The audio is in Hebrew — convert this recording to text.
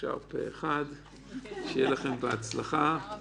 הצבעה בעד הצעת החוק,